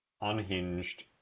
Unhinged